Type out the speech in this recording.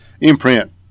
imprint